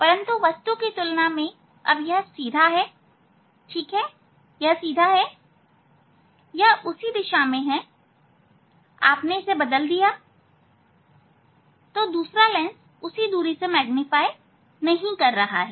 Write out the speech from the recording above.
परंतु वस्तु की तुलना में अब यह सीधा है ठीक है यह सीधा है यह उसी दिशा में है आपने इसे बदल दिया तो दूसरा लेंस उसी दूरी से मैग्नीफाइ नहीं कर रहा है